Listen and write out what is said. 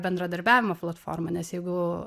bendradarbiavimo platforma nes jeigu